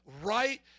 right